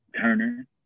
Turner